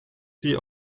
sie